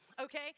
okay